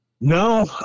No